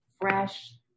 fresh